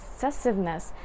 obsessiveness